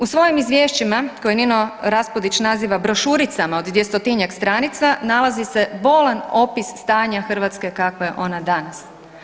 U svojim izvješćima koje Nino Raspudić naziva „brošuricama od 200-tinjak stranica“ nalazi se bolan opis stanja Hrvatske kakva je ona danas.